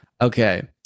okay